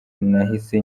nahise